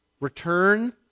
return